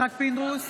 יצחק פינדרוס,